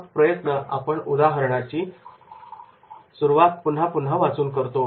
हा प्रयत्न आपण उदाहरणाची सुरुवात पुन्हा पुन्हा वाचून करतो